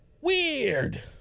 Weird